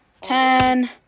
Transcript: ten